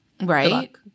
right